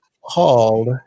called